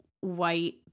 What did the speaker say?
white